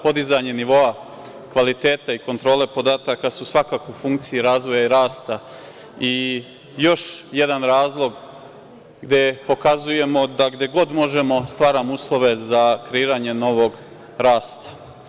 Podizanje nivoa kvaliteta i kontrole podataka su svakako u funkciji razvoja i rasta i još jedan razlog gde pokazujemo da, gde god možemo, stvaramo uslove za kreiranje novog rasta.